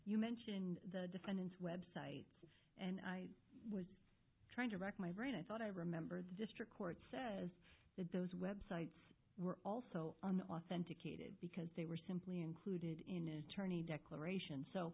you mentioned the defendant's website and i was trying to wreck my brain i thought i remember the district court says that those websites were also an authenticated because they were simply included in attorney declaration so